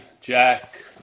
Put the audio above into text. Jack